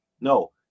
no